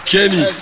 Kenny